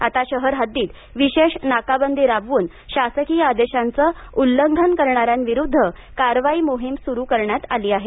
आता शहर हद्दीत विशेष नाकाबंदी राबवून शासकीय आदेशाचं उल्लंघन करणाऱ्यांविरुद्ध कारवाई मोहीम सुरू करण्यात आली आहे